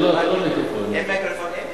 אדוני היושב-ראש, תן לו מיקרופון.